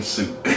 suit